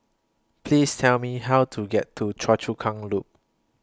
Please Tell Me How to get to Choa Chu Kang Loop